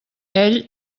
ell